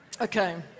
Okay